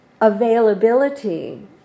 availability